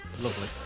Lovely